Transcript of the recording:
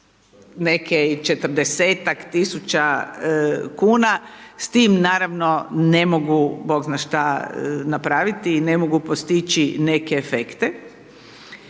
neke i 40-ak tisuća kuna s tim naravno ne mogu Bog zna šta napraviti i ne mogu postići neke efekte.